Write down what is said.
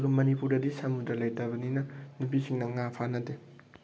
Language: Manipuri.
ꯑꯗꯨꯒ ꯃꯅꯤꯄꯨꯔꯗꯗꯤ ꯁꯃꯨꯗ꯭ꯔ ꯂꯩꯇꯕꯅꯤꯅ ꯅꯨꯄꯤꯁꯤꯡꯅ ꯉꯥ ꯐꯥꯅꯗꯦ